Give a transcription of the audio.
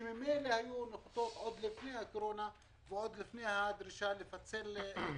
שממילא היו בנחיתות עוד לפני הקורונה ועוד לפני הדרישה לפצל כיתות.